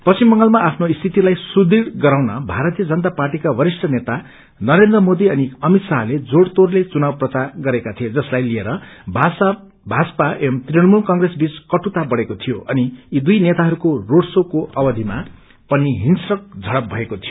पश्चिम बंगालमा आफ्नो स्थितिलाईसृदृढ गराउन भारतीय जनता पार्टीका वरिष्ठ नेता नरेन्द्र मोदी अनि अमित शाहले जोड़ तोड़ले चुनाव प्रचार गरेका थिए जसलाइ लिएर भाजपा एवं तृणमूल कंग्रेस बीच कटता बढ़ेको थियो अनि यी दुई नेताहरूको रोड शो को अवधिमा पनि हिंस्वक झड़प भएको थियो